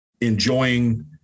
enjoying